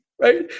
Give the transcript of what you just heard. right